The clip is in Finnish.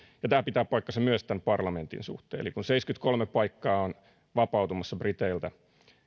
ja tämä pitää paikkansa myös tämän parlamentin suhteen kun seitsemänkymmentäkolme paikkaa on vapautumassa briteiltä